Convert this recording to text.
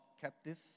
captive